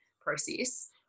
process